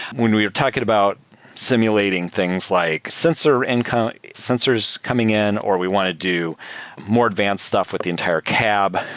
when we're talking about simulating things like sensors and kind of sensors coming in or we want to do more advanced stuff with the entire cab,